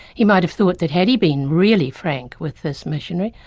he might have thought that had he been really frank with this missionary,